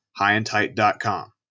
highandtight.com